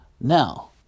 Now